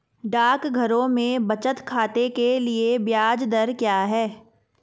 डाकघरों में बचत खाते के लिए ब्याज दर क्या है?